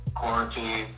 Quarantine